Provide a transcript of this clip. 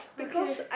okay